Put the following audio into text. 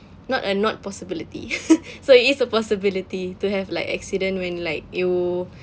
not a not possibility so it is a possibility to have like accident when like you